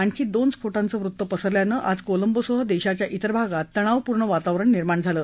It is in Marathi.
आणखी दोन स्फोटांचं वृत्त पसरल्यानं आज कोलंबोसह देशाच्या त्विर भागांत तणावपूर्ण वातावरण निर्माण झालं